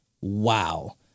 wow